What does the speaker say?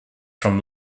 from